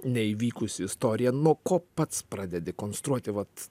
neįvykusi istorija nuo ko pats pradedi konstruoti vat